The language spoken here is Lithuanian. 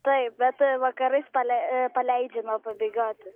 taip bet vakarais paleidžiame pabėgioti